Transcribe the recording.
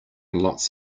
lots